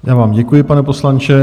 Já vám děkuji, pane poslanče.